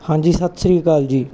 ਹਾਂਜੀ ਸਤਿ ਸ਼੍ਰੀ ਅਕਾਲ ਜੀ